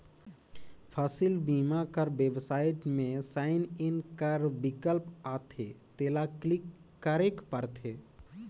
फसिल बीमा कर बेबसाइट में साइन इन कर बिकल्प आथे तेला क्लिक करेक परथे